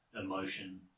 emotion